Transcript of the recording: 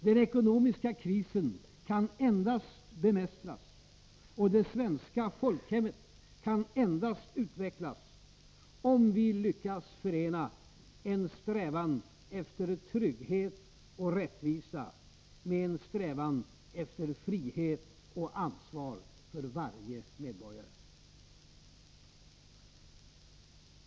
Den ekonomiska krisen kan endast bemästras och det svenska folkhemmet kan endast utvecklas om vi lyckas förena en strävan efter trygghet och rättvisa med en strävan efter frihet och ansvar för varje medborgare.